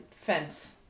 fence